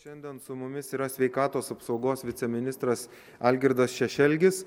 šiandien su mumis yra sveikatos apsaugos viceministras algirdas šešelgis